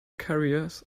careers